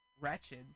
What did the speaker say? wretched